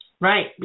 Right